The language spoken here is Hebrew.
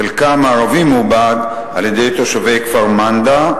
חלקה המערבי מעובד על-ידי תושבי כפר-מנדא,